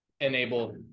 enable